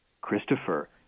Christopher